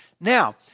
Now